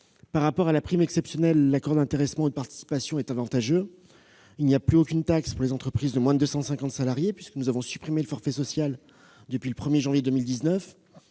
Par rapport à la prime exceptionnelle, l'accord d'intéressement et de participation est plus avantageux : aucune taxe pour les entreprises de moins de 250 salariés, puisque nous avons supprimé le forfait social depuis le 1 janvier 2019